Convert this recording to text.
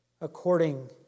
according